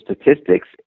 statistics